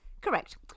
Correct